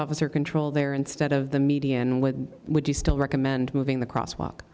officer control there instead of the median which would you still recommend moving the crosswalk